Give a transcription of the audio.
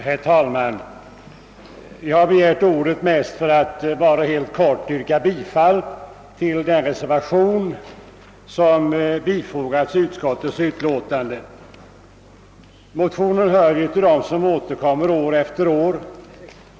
Herr talman! Jag har begärt ordet närmast för att helt kort yrka bifall till den reservation som bifogats utskottets betänkande. Det motionspar som ligger bakom reservationen hör till dem som återkommer år efter år.